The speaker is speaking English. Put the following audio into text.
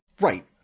right